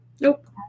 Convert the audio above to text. Nope